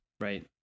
Right